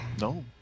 No